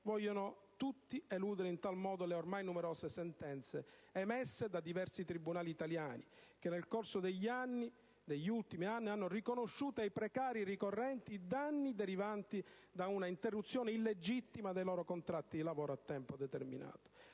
vogliono tutti eludere in tal modo le ormai numerose sentenze emesse da diversi tribunali italiani, che nel corso degli ultimi anni hanno riconosciuto ai precari ricorrenti i danni derivanti da una interruzione illegittima dei loro contratti di lavoro a tempo determinato.